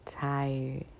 tired